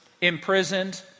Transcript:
imprisoned